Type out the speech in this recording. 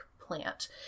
plant